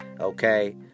Okay